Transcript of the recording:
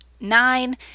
nine